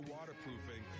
Waterproofing